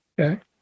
Okay